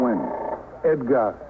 Edgar